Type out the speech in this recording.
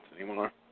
anymore